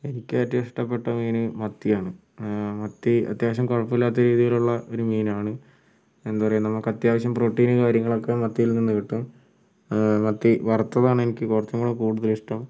എനിക്കേറ്റവും ഇഷ്ടപ്പെട്ട മീൻ മത്തിയാണ് മത്തി അത്യാവശ്യം കുഴപ്പമില്ലാത്ത രീതിയിലുള്ളത് ഒരു മീനാണ് എന്താ പറയുക നമുക്കത്യാവശ്യം പ്രൊട്ടീനും കാര്യങ്ങളൊക്കെ മത്തിയിൽ നിന്ന് കിട്ടും മത്തി വറുത്തതാണ് എനിക്ക് കുറച്ചും കൂടി കൂടുതലിഷ്ടം